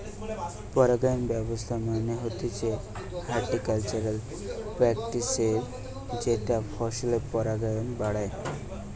পরাগায়ন ব্যবস্থা মানে হতিছে হর্টিকালচারাল প্র্যাকটিসের যেটা ফসলের পরাগায়ন বাড়ায়